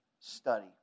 study